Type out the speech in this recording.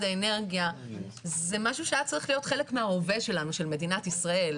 האנרגיה זה משהו שהיה צריך להיות חלק מההווה שלנו של מדינת ישראל,